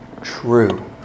true